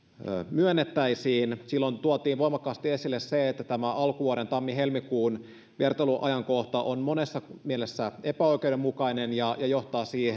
myönnettäisiin silloin tuotiin voimakkaasti esille se että tämä alkuvuoden tammi helmikuun vertailuajankohta on monessa mielessä epäoikeudenmukainen ja johtaa siihen